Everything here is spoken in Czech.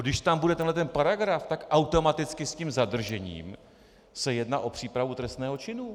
Když tam bude tento paragraf, tak automaticky se zadržením se jedná o přípravu trestného činu.